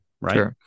right